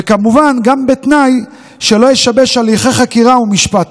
וכמובן, גם בתנאי שלא ישבש הליכי חקירה ומשפט.